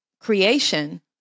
creation